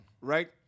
right